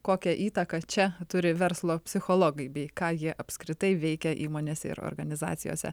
kokią įtaką čia turi verslo psichologai bei ką jie apskritai veikia įmonėse ir organizacijose